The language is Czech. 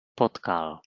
potkal